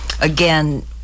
again